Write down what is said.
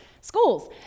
Schools